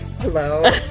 Hello